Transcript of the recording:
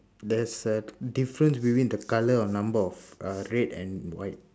there's a difference with the colour or number of uh red and white